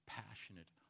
passionate